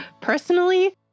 personally